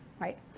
right